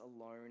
alone